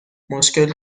مشکل